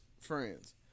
friends